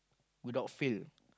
without fail